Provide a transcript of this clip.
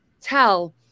tell